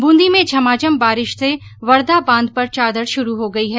बूंदी में झमाझम बारिश से वरधा बांध पर चादर शुरू हो गई है